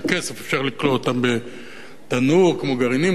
אפשר לקלות אותם בתנור כמו גרעינים קלויים.